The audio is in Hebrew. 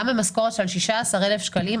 גם עם משכורת של 16,000 שקלים,